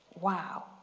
wow